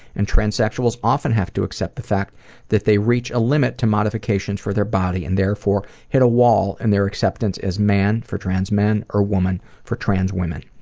and transsexuals often have to accept the fact that they reach a limit to modifications for their body and therefore hit a wall in and their acceptance as man for trans men or woman for trans women.